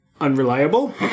Unreliable